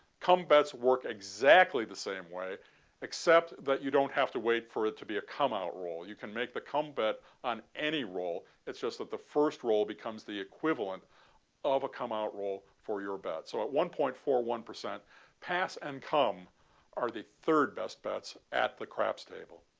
come bets work exactly the same way except that you don't have to wait for it to be a come out roll, you can make the come bet on any roll it's just that the first roll becomes the equivalent of a come out roll for your bets so at one point four one percent pass and come are the third best bets at the craps table.